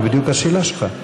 זה בדיוק השאלה שלך.